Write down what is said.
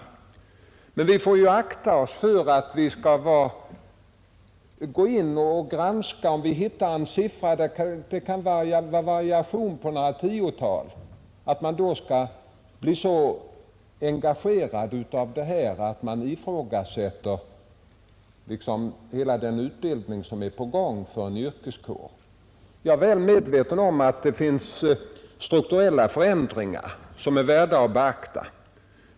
Om man granskar situationen och hittar siffror som innebär en variation på några tiotal, får man emellertid akta sig för att bli så engagerad av detta att man ifrågasätter hela den utbildning som är på gång för en yrkeskår. Jag är väl medveten om att det förekommer strukturella förändringar som är värda att beakta.